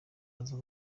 aza